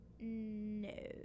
No